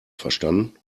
verstanden